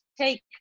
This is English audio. take